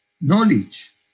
knowledge